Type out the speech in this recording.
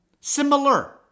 Similar